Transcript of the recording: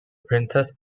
princess